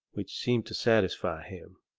which seemed to satisfy him.